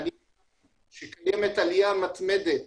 יש עליה מתמדת